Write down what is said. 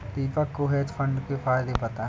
दीपक को hedge fund के फायदे पता है